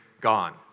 gone